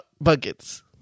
Buckets